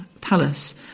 Palace